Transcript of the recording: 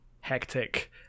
hectic